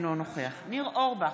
אינו נוכח ניר אורבך,